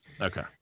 Okay